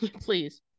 Please